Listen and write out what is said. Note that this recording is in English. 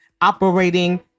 operating